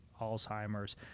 Alzheimer's